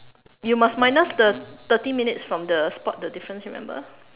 you must minus the thirty minutes from the spot the difference remember